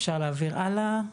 אפשר להעביר הלאה.